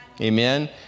Amen